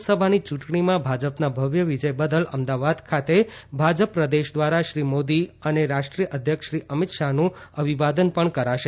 લોકસભાની ચુંટણીમાં ભાજપના ભવ્ય વિજય બદલ અમદાવાદ ખાતે ભાજપ પ્રદેશ ધ્વારા શ્રી નરેન્દ્ર મોદી અને રાષ્ટ્રીય અધ્યક્ષ શ્રી અમીત શાહનું અભિવાદન પણ કરાશે